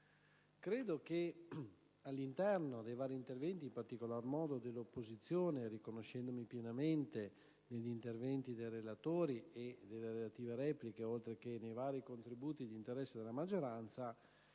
Ritengo che nei vari interventi dell'opposizione (riconoscendomi pienamente negli interventi dei relatori e nelle relative repliche, oltre che nei vari contributi di interesse della maggioranza),